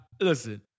listen